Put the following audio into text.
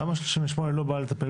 תמ"א 38 לא באה לטפל